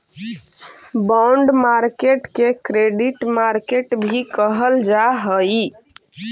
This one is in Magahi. बॉन्ड मार्केट के क्रेडिट मार्केट भी कहल जा हइ